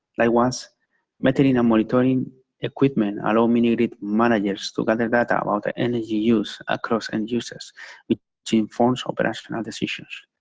there was metering and monitoring equipment and um you know managers to gather data on the energy use across end users between forms of rational decisions.